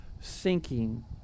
sinking